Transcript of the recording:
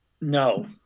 No